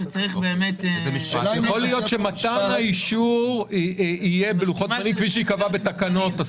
יכול להיות שמתן האישור יהיה בלוחות זמנים כפי שייקבע בתקנות.